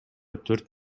төрт